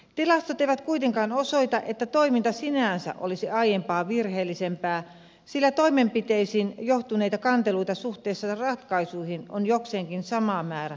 tilastot eivät kuitenkaan osoita että toiminta sinänsä olisi aiempaa virheellisempää sillä toimenpiteisiin johtaneita kanteluita suhteessa ratkaisuihin on jokseenkin sama määrä kuin aiemmin